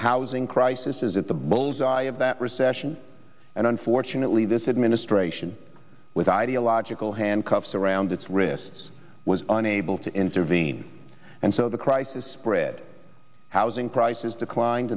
housing crisis is at the bull's eye of that recession and unfortunately this administration with ideological handcuffs around its wrists was unable to intervene and so the crisis spread housing prices declined